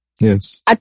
Yes